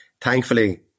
Thankfully